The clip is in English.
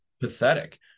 pathetic